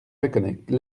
reconnaître